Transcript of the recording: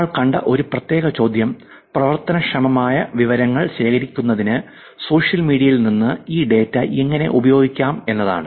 നമ്മൾ കണ്ട ഒരു പ്രത്യേക ചോദ്യം പ്രവർത്തനക്ഷമമായ വിവരങ്ങൾ ശേഖരിക്കുന്നതിന് സോഷ്യൽ മീഡിയയിൽ നിന്ന് ഈ ഡാറ്റ എങ്ങനെ ഉപയോഗിക്കാം എന്നതാണ്